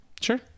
sure